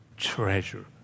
treasure